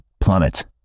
plummets